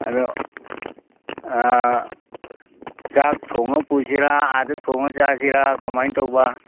ꯑꯗꯨ ꯆꯥꯛ ꯊꯣꯡꯉ ꯄꯨꯁꯤꯔ ꯑꯥꯗ ꯊꯣꯡꯉ ꯆꯥꯁꯤꯔ ꯀꯃꯥꯏ ꯇꯧꯕ